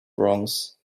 wrongs